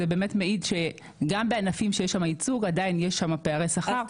זה באמת מעיד שגם בענפים שיש שם ייצוג עדיין יש שם פערי שכר.